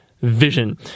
vision